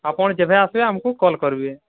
ଆପଣ ଯେବେ ଆସିବେ ଆମକୁ କଲ୍ କରିବେ